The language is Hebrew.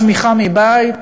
תמיכה מבית,